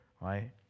right